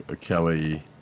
Kelly